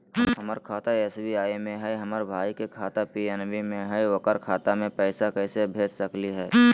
हमर खाता एस.बी.आई में हई, हमर भाई के खाता पी.एन.बी में हई, ओकर खाता में पैसा कैसे भेज सकली हई?